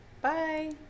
Bye